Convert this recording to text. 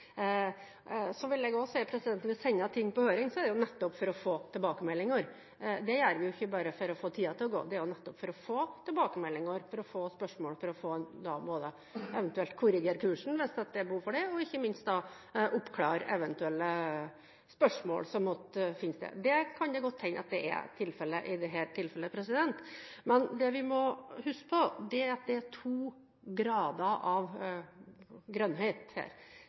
Når man sender ting på høring, er det nettopp for å få tilbakemeldinger. Vi gjør det ikke bare for å få tiden til å gå. Det er jo nettopp for å få tilbakemeldinger, for å få spørsmål og da eventuelt korrigere kursen hvis det er behov for det, og ikke minst oppklare eventuelle spørsmål som måtte finnes. Det kan det godt hende at det er eksempler på i dette tilfellet, men det vi må huske på, er at det er to grader av grønnhet her.